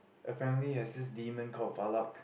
apparently there's this demon called Valak